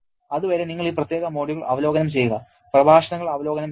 അതുവരെ നിങ്ങൾ ഈ പ്രത്യേക മൊഡ്യൂൾ അവലോകനം ചെയ്യുക പ്രഭാഷണങ്ങൾ അവലോകനം ചെയ്യുക